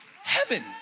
heaven